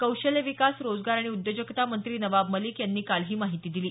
कौशल्य विकास रोजगार आणि उद्योजकता मंत्री नवाब मलिक यांनी काल ही माहिती दिली